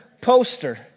poster